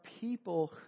people